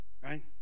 right